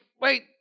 wait